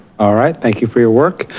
ah right, thank you for your work.